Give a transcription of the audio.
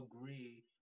agree